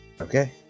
Okay